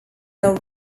are